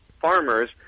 farmers